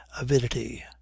avidity